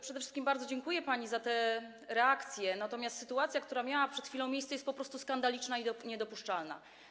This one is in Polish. Przede wszystkim bardzo dziękuję pani za tę reakcję, natomiast sytuacja, która miała przed chwilą miejsce, jest po prostu skandaliczna i niedopuszczalna.